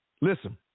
Listen